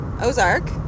Ozark